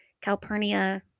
Calpurnia